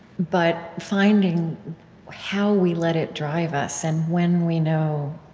but finding how we let it drive us and when we know,